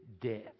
death